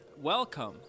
welcome